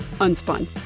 Unspun